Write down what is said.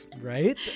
right